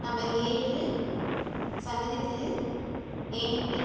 number ஏழு சன்னதி தெரு ஏனங்குடி